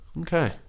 Okay